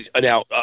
now